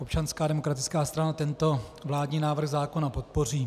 Občanská demokratická strana tento vládní návrh zákona podpoří.